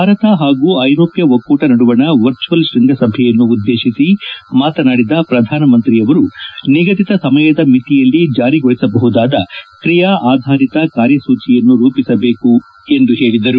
ಭಾರತ ಹಾಗೂ ಐರೋಪ್ಯ ಒಕ್ಕೂಟ ನಡುವಣ ವರ್ಚುವಲ್ ಶೃಂಗಸಭೆಯನ್ನು ಉದ್ದೇತಿಸಿ ಮಾತನಾಡಿದ ಪ್ರಧಾನಿ ನಿಗದಿತ ಸಮಯದ ಮಿತಿಯಲ್ಲಿ ಜಾರಿಗೊಳಿಸಬಹುದಾದ ಕ್ರಿಯಾ ಆಧಾರಿತ ಕಾರ್ಯಸೂಚಿಯನ್ನು ರೂಪಿಸಬೇಕು ಎಂದು ಹೇಳಿದರು